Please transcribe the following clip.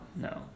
No